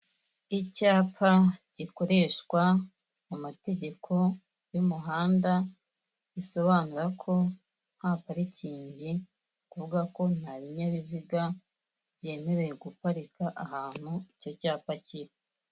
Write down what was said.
Icyapa gikoreshwa mu mategeko y'umuhanda, gisobanura ko nta parikingi, kuvuga ko nta binyabiziga byemerewe guparika ahantu icyo cyapa kiri.